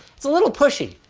it's a little pushy.